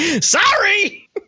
Sorry